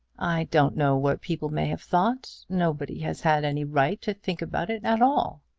i don't know what people may have thought. nobody has had any right to think about it at all.